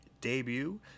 debut